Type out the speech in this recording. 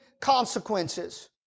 consequences